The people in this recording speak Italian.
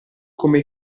come